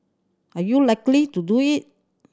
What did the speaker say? are you likely to do it